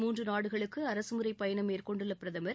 மூன்று நாடுகளுக்கு அரசு முறை மேற்கொண்டுள்ள பிரதமர்